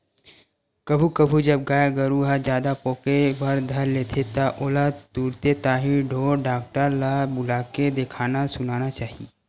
कभू कभू जब गाय गरु ह जादा पोके बर धर ले त ओला तुरते ताही ढोर डॉक्टर ल बुलाके देखाना सुनाना चाही